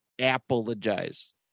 apologize